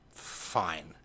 fine